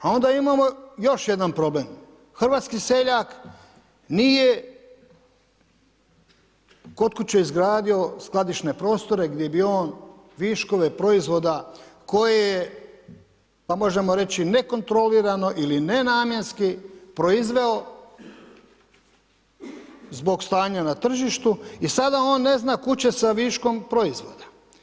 A onda imamo još jedan problem, hrvatski seljak nije kod kuće izgradio skladišne prostore gdje gdje bi on viškove proizvoda koje je, pa možemo reći, nekontrolirano ili nenamjenski proizveo zbog stanja na tržištu i sada on ne zna kud će sa viškom proizvoda.